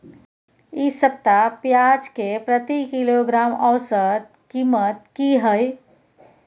इ सप्ताह पियाज के प्रति किलोग्राम औसत कीमत की हय?